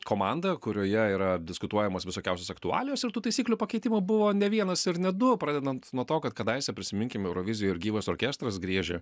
komanda kurioje yra diskutuojamos visokiausios aktualijos ir tų taisyklių pakeitimo buvo ne vienas ir ne du pradedant nuo to kad kadaise prisiminkime eurovizijoj ir gyvas orkestras griežė